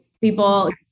people